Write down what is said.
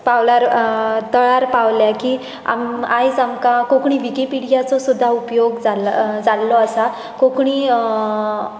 पावलार थळार पावला की आयज आमकां कोंकणी विकिपिडियाचो सुद्दां उपयोग जाला जाल्लो आसा कोंकणी